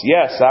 Yes